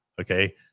Okay